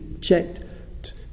checked